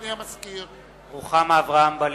(קורא בשמות חברי הכנסת) רוחמה אברהם-בלילא,